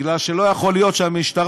כי לא יכול להיות שהמשטרה,